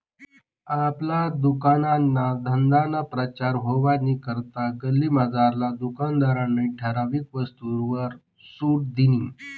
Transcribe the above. आपला दुकानना धंदाना प्रचार व्हवानी करता गल्लीमझारला दुकानदारनी ठराविक वस्तूसवर सुट दिनी